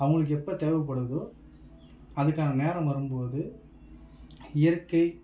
அவங்களுக்கு எப்போ தேவைப்படுதோ அதுக்கான நேரம் வரும்போது இயற்கை